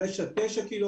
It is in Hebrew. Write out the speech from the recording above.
5 9 קילומטרים,